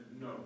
no